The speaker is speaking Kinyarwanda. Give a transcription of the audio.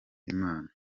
imana